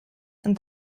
und